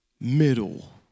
middle